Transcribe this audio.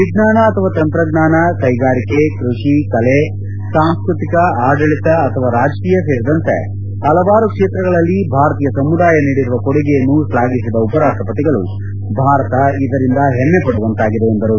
ವಿಜ್ಞಾನ ಅಥವಾ ತಂತ್ರಜ್ಞಾನ ಕೈಗಾರಿಕೆ ಕೃಷಿ ಕಲೆ ಸಾಂಸ್ಪತಿಕ ಆಡಳಿತ ಅಥವಾ ರಾಜಕೀಯ ಸೇರಿದಂತೆ ಪಲವಾರು ಕ್ಷೇತ್ರಗಳಲ್ಲಿ ಭಾರತೀಯ ಸಮುದಾಯ ನೀಡಿರುವ ಕೊಡುಗೆಯನ್ನು ಶ್ಲಾಘಿಸಿದ ಉಪರಾಷ್ಷಪತಿಗಳು ಭಾರತ ಇದರಿಂದ ಹೆಮ್ನೆಪಡುವಂತಾಗಿದೆ ಎಂದರು